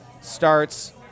starts